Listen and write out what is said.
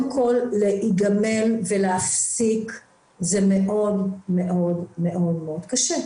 כל בגלל שלהיגמל ולהפסיק זה מאוד-מאוד-מאוד קשה.